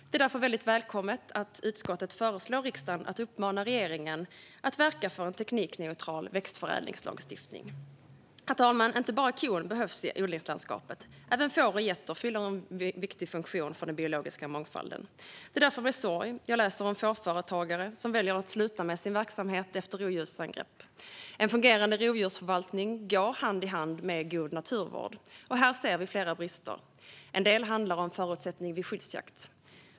Det är därför väldigt välkommet att utskottet föreslår att riksdagen ska uppmana regeringen att verka för en teknikneutral växtförädlingslagstiftning. Herr talman! Inte bara kon behövs i odlingslandskapet - även får och getter fyller en viktig funktion för den biologiska mångfalden. Det är därför med sorg jag läser om fårföretagare som väljer att sluta med sin verksamhet efter rovdjursangrepp. En fungerande rovdjursförvaltning går hand i hand med god naturvård, och här ser vi flera brister. En del handlar om förutsättningar vid skyddsjakt.